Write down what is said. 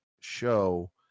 show